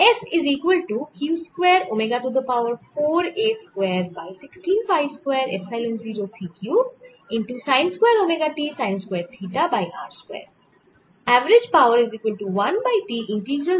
মোট ক্ষমতা বিকিরিত